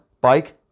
bike